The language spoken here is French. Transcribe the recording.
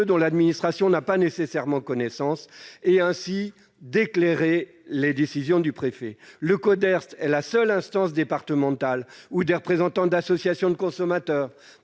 dont l'administration n'a pas nécessairement connaissance et ainsi d'éclairer les décisions du préfet. Le Coderst est la seule instance départementale dans laquelle des représentants d'associations de consommateurs,